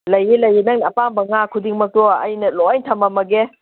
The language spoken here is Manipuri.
ꯂꯩꯌꯦ ꯂꯩꯌꯦ ꯅꯪꯅ ꯑꯄꯥꯝꯕ ꯉꯥ ꯈꯨꯗꯤꯡꯃꯛꯇꯣ ꯑꯩꯅ ꯂꯣꯏ ꯊꯝꯃꯝꯃꯒꯦ